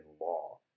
law